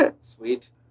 Sweet